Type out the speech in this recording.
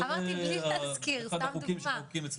אמרתי בלי להזכיר, סתם דוגמא.